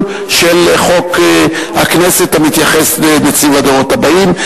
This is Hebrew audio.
של חוק הכנסת המתייחס לנציב הדורות הבאים.